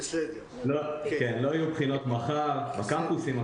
לא יהיו בחינות מחר בקמפוסים,